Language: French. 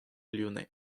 lyonnais